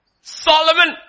Solomon